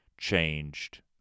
changed